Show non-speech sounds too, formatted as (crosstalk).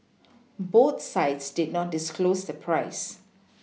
both sides did not disclose the price (noise)